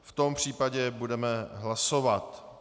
V tom případě budeme hlasovat.